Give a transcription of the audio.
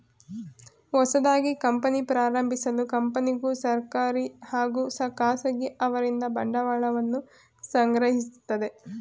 ಹೊಸದಾಗಿ ಕಂಪನಿ ಪ್ರಾರಂಭಿಸಲು ಕಂಪನಿಗೂ ಸರ್ಕಾರಿ ಹಾಗೂ ಖಾಸಗಿ ಅವರಿಂದ ಬಂಡವಾಳವನ್ನು ಸಂಗ್ರಹಿಸುತ್ತದೆ